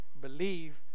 believe